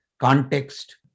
context